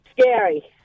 scary